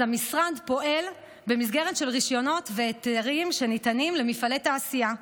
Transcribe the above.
המשרד פועל במסגרת רישיונות והיתרים שניתנים למפעלי תעשייה פעילים.